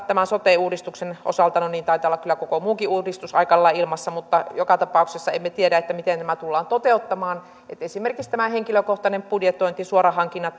tämän sote uudistuksen osalta no niin taitaa olla kyllä koko muukin uudistus aika lailla ilmassa mutta joka tapauksessa emme tiedä miten tämä tullaan toteuttamaan esimerkiksi tämä henkilökohtainen budjetointi suorahankinnat